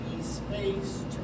space